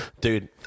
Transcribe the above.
dude